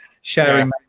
sharing